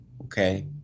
okay